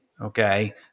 Okay